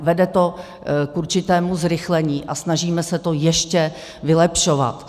Vede to k určitému zrychlení a snažíme se to ještě vylepšovat.